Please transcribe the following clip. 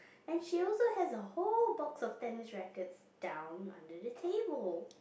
and she also has the whole box of tennis rackets down under the table